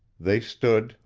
they stood,